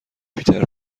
پیتر